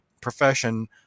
profession